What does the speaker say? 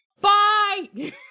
Bye